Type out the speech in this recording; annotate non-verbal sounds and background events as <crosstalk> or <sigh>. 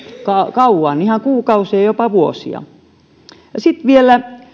kauan ihan kuukausia jopa vuosia sitten vielä <unintelligible>